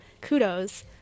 kudos